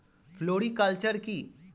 Floriculture কি?